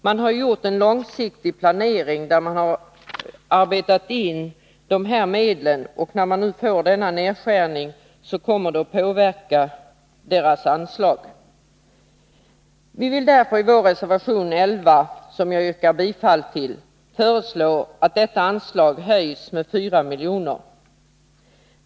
Man har gjort en långsiktig planering där man arbetat in medlen till verksamheten, och när man nu får denna nedskärning kommer det att påverka verksamheten. Vi föreslår därför i vår reservation 11, som jag yrkar bifall till, att detta anslag höjs med 4 milj.kr.